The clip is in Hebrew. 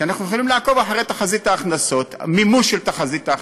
כי אנחנו יכולים לעקוב אחרי תחזית מימוש ההכנסות,